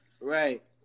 Right